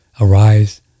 Arise